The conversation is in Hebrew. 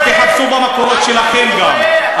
אז תחפשו במקורות שלכם גם.